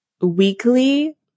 weekly